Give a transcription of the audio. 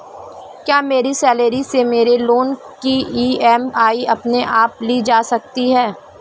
क्या मेरी सैलरी से मेरे लोंन की ई.एम.आई अपने आप ली जा सकती है?